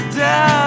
down